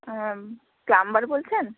হ্যাঁ প্লামবার বলছেন